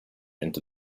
into